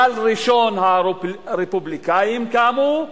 גל ראשון, הרפובליקנים קמו,